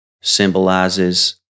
symbolizes